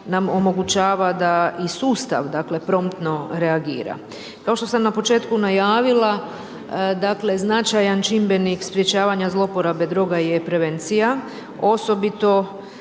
nam omogućava da i sustav dakle promptno reagira. Kao što sam na početku najavila, dakle značajan čimbenik sprječavanja zloporabe droga je prevencija, osobito